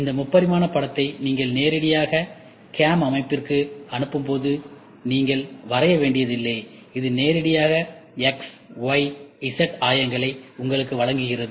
இந்த முப்பரிமாண படத்தை நீங்கள் நேரடியாக CAM அமைப்பிற்கு அனுப்பும்போது நீங்கள் வரைய வேண்டியதில்லை இது நேரடியாக x y z ஆயங்களை உங்களுக்கு வழங்குகிறது